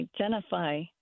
identify